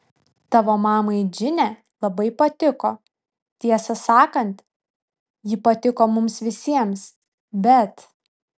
tavo mamai džine labai patiko tiesą sakant ji patiko mums visiems bet